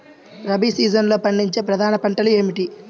రబీ సీజన్లో పండించే ప్రధాన పంటలు ఏమిటీ?